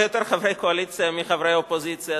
יותר חברי קואליציה מחברי אופוזיציה,